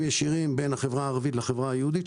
ישירים בין החברה הערבית לחברה היהודית.